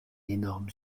énorme